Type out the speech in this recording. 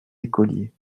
écoliers